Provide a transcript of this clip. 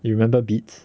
I remember beats